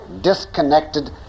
disconnected